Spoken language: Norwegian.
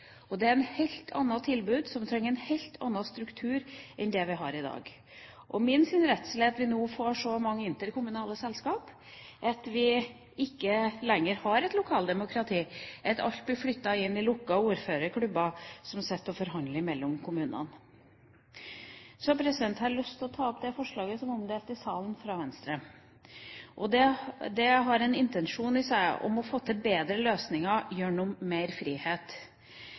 Det er et helt annet tilbud, og man trenger en helt annen struktur enn det vi har i dag. Min redsel er at vi nå får så mange interkommunale selskap at vi ikke lenger har et lokaldemokrati, men at alt blir flyttet inn i lukkede ordførerklubber som sitter og forhandler mellom kommunene. Så har jeg lyst til å ta opp det forslaget som er omdelt i salen, fra Venstre. Det har som intensjon å få til bedre løsninger gjennom mer frihet.